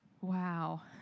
wow